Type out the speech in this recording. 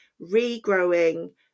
regrowing